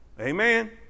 Amen